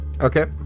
Okay